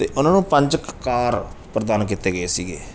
ਅਤੇ ਉਹਨਾਂ ਨੂੰ ਪੰਜ ਕਕਾਰ ਪ੍ਰਦਾਨ ਕੀਤੇ ਗਏ ਸੀਗੇ